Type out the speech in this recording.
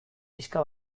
pixka